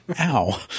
Ow